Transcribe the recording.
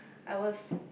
I was